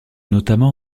notamment